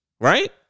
right